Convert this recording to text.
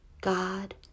God